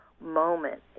moment